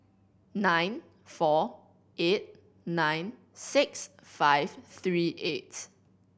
nine four eight nine six five three eight